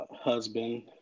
Husband